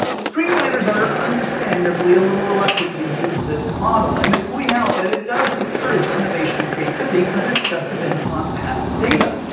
screenwriters are understandably a little reluctant to use this model, and they point out that it does discourage innovation and creativity cause it just depends upon past data.